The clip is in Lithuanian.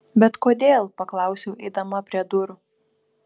bet kodėl paklausiau eidama prie durų